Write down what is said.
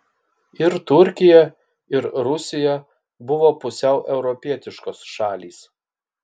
ir turkija ir rusija buvo pusiau europietiškos šalys